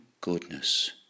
goodness